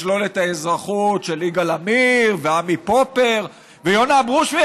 לשלול את האזרחות של יגאל עמיר ועמי פופר ויונה אברושמי,